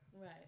Right